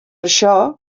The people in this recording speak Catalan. això